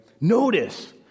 Notice